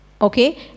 okay